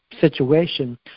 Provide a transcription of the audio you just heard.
situation